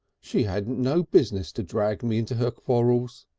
she hadn't no business to drag me into her quarrels.